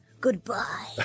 Goodbye